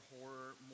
horror